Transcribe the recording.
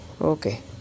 Okay